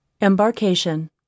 Embarkation